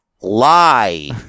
Lie